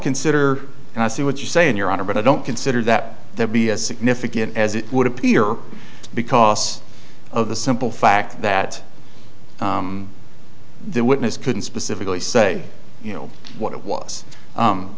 consider and i see what you're saying your honor but i don't consider that there be as significant as it would appear because of the simple fact that the witness couldn't specifically say you know what it was